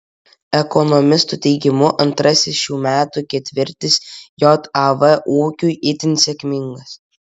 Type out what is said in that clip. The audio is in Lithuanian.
ekonomistų teigimu antrasis šių metų ketvirtis jav ūkiui itin sėkmingas